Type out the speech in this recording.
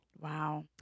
wow